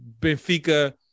Benfica